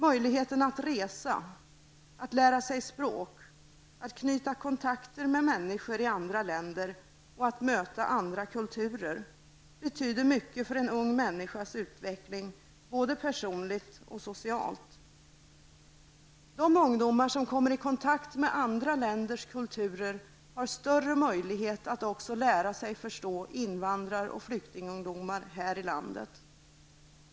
Möjligheten att resa, att lära sig språk, att knyta kontakter med människor i andra länder och att möta andra kulturer, betyder mycket för en ung människas utveckling, både personligt och socialt. De ungdomar som kommer i kontakt med andra länders kulturer har större möjligheter att också lära sig förstå invandrar och flyktingungdomar här i landet.